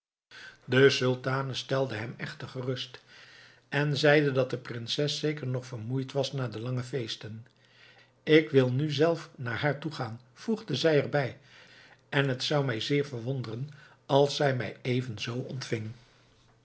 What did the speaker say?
de sultane stelde hem echter gerust en zeide dat de prinses zeker nog vermoeid was na de lange feesten ik wil nu zelf naar haar toegaan voegde zij er bij en het zou me zeer verwonderen als zij mij evenzoo ontving